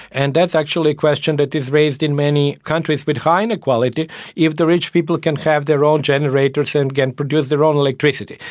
and that's actually a question that is raised in many countries with high inequality if the rich people can have their own generators and can produce their own electricity.